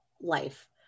life